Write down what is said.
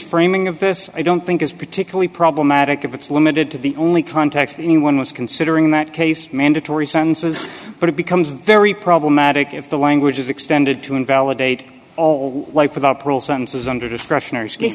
framing a verse i don't think is particularly problematic if it's limited to the only context anyone was considering that case mandatory sentences but it becomes very problematic if the language is extended to invalidate all wife without parole sentences under discretionary